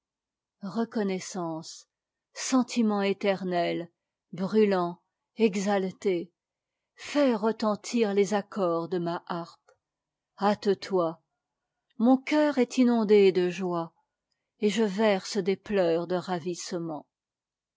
reconnaissance sentiment éternel brûlant exaité fais retentir les accords de ma harpe hâte-toi mon cœur est inondé de joie et je verse des pleurs dé ravissement